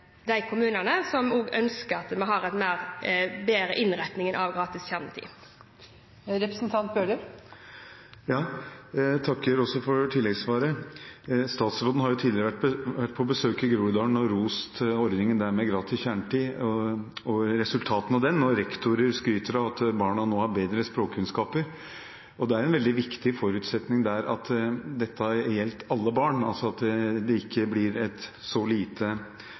gratis kjernetid. Jeg takker også for tilleggssvaret. Statsråden har tidligere vært på besøk i Groruddalen og rost ordningen med gratis kjernetid og resultatene av den, og rektorer skryter av at barna nå har bedre språkkunnskaper. Det er en veldig viktig forutsetning at dette har gjeldt alle barn, altså at det ikke blir et så lite